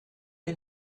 est